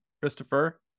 christopher